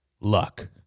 luck